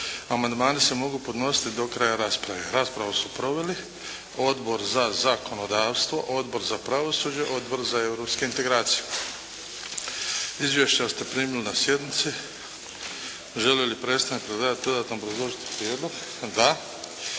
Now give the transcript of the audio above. Amandmani se mogu podnositi do kraja rasprave. Raspravu su proveli Odbor za zakonodavstvo, Odbor za pravosuđe, Odbor za Europske integracije. Izvješća ste primili na sjednici. Želi li predstavnik predlagatelja dodatno obrazložiti prijedlog? Da.